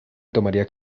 tomaría